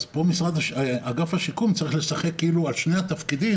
פה אגף השיקום צריך לשחק על שני התפקידים,